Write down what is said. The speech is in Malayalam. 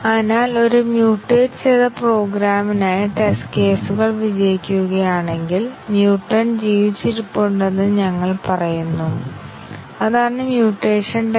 അതിനാൽ പ്രോഗ്രാമിന്റെ മനശാസ്ത്രപരമായ സങ്കീർണ്ണതയുടെയോ ഈ പ്രോഗ്രാമിന്റെ ബുദ്ധിമുട്ടുള്ള നിലയുടെയോ അളവുകോലാണ് മക്കാബിന്റെ മെട്രിക്